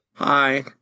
Hi